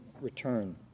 return